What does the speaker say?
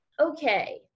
okay